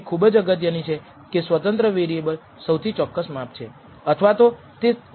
તેથી β1 0 અથવા β1